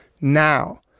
now